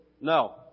No